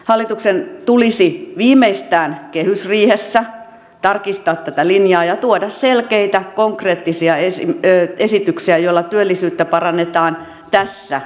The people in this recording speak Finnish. hallituksen tulisi viimeistään kehysriihessä tarkistaa tätä linjaa ja tuoda selkeitä konkreettisia esityksiä joilla työllisyyttä parannetaan tässä ja nyt